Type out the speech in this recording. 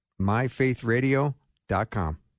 myfaithradio.com